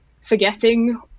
forgetting